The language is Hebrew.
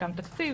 חלקם בתקציב,